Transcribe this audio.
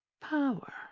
power